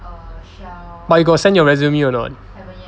but you got send your resume a not